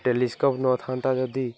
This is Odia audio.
ଟେଲିସ୍କୋପ୍ ନଥାନ୍ତା ଯଦି